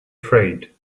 afraid